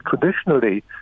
traditionally